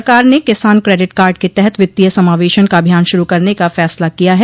सरकार न किसान क्रेडिट कार्ड के तहत वित्तीय समावेशन का अभियान शुरू करने का फैसला किया है